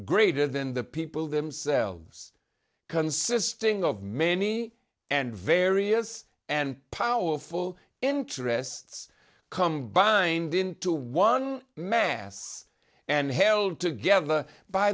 greater than the people themselves consisting of many and various and powerful interests combined into one mass and held together by